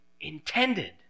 Intended